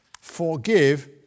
forgive